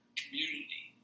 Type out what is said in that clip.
community